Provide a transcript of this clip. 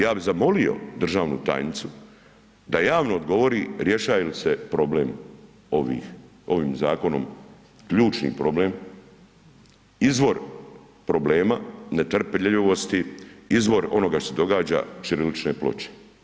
Ja bih zamolio državnu tajnicu da javno odgovori rješaje li se problem ovim zakonom, ključni problem, izvor problema netrpeljivosti, izvor onoga što se događa ćirilične ploče?